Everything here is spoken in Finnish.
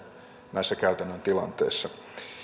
näissä käytännön tilanteissa